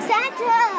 Santa